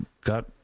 got